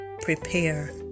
prepare